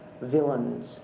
villains